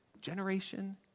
Generation